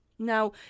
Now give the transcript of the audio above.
Now